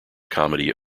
comedy